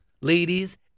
ladies